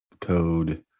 code